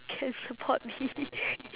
can support me